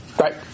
Right